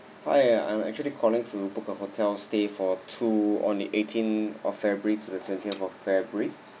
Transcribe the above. hi I'm actually calling to book a hotel stay for two on the eighteen of february to the twentieth of february